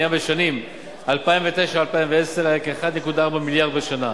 בלו ומס קנייה בשנים 2009 2010 היה כ-1.4 מיליארד בשנה,